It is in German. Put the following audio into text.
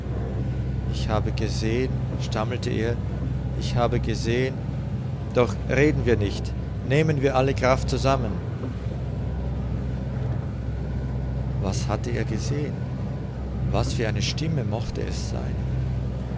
ich habe gesehen stammelte er ich habe gesehen doch reden wir nicht nehmen wir alle kraft zusammen was hatte er gesehen was für eine stimme mochte es sein